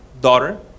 daughter